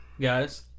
guys